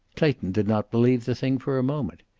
clayton did not believe the thing for a moment.